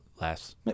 less